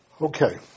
Okay